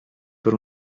per